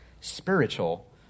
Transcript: spiritual